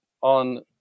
on